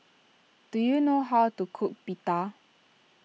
do you know how to cook Pita